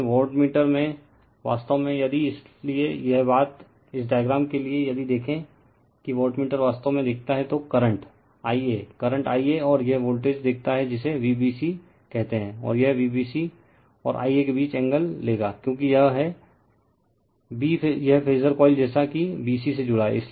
लेकिन वाटमीटर वास्तव में यदि इसलिए यह बात इस डायग्राम के लिए यदि देखें कि वाटमीटर वास्तव में देखता है तो करंट Ia करंट Ia और यह वोल्टेज देखता है जिसे Vbc कहते हैं और यह Vbc और Ia के बीच एंगल लेगा क्योंकि यह है b यह फेजर कॉइल जैसा कि b c से जुड़ा है